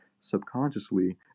subconsciously